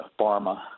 pharma